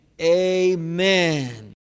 amen